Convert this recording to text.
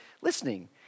listening